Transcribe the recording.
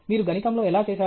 మీరు గణితంలో ఎలా చేసారు